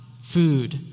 food